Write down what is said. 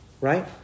right